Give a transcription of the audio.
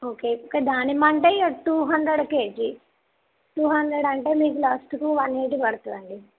okay ఇక దానిమ్మ అంటే ఇక two hundred KG two hundred అంటే మీకు లాస్టుకు వన్ ఎయిటీ పడుతుందండి